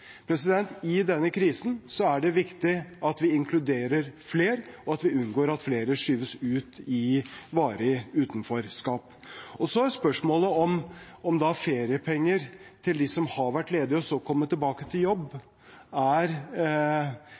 I denne krisen er det viktig at vi inkluderer flere, og at vi unngår at flere skyves ut i varig utenforskap. Så er spørsmålet om feriepenger til dem som har vært ledige og så kommer tilbake til jobb, er